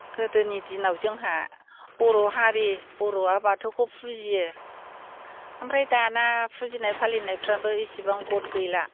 गोदोनि दिनाव जोंहा बर' हारि बर'आ बाथौखौ फुजियो ओमफ्राय दाना फुजिनाय फालिनायफ्राबो एसेबां गद गैला